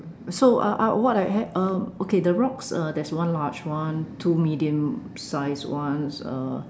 so uh uh what I have uh okay the rocks uh there is one large one two medium sized ones uh